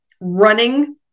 running